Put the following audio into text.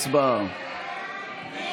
הצבעה.